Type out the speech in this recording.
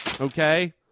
okay